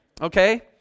okay